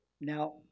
Now